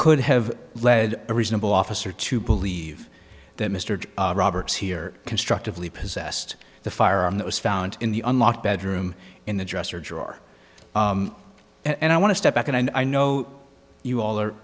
could have led a reasonable officer to believe that mr robert's here constructively possessed the firearm that was found in the unlocked bedroom in the dresser drawer and i want to step back and i know you all are